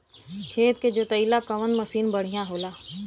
खेत के जोतईला कवन मसीन बढ़ियां होला?